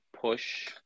push